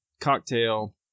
cocktail